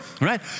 right